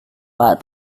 pak